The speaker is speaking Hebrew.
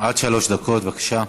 סלימאן, עד שלוש דקות, בבקשה.